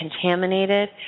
contaminated